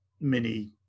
mini